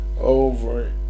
over